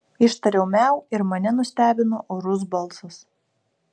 ištariau miau ir mane nustebino orus balsas